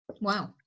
Wow